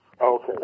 Okay